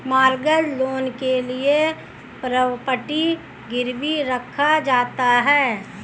mortgage loan के लिए property गिरवी रखा जाता है